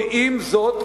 יודעים זאת,